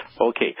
Okay